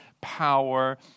power